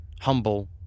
humble